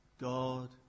God